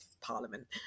parliament